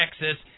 Texas